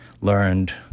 learned